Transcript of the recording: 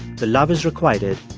the love is requited.